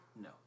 No